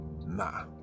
nah